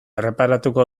erreparatuko